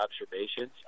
observations